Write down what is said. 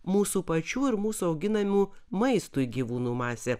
mūsų pačių ir mūsų auginamų maistui gyvūnų masė